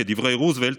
כדברי רוזוולט,